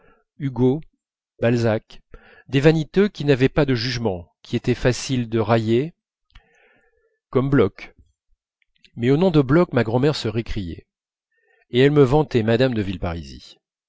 hugo balzac des vaniteux qui n'avaient pas de jugement qu'il était facile de railler comme bloch mais au nom de bloch ma grand'mère se récriait et elle me vantait mme de villeparisis